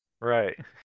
Right